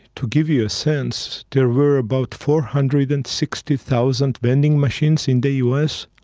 to give you a sense, there were about four hundred and sixty thousand vending machines in the u s.